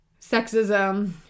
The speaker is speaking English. sexism